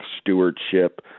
stewardship